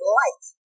light